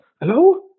Hello